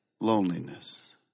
loneliness